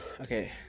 Okay